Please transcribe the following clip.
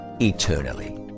eternally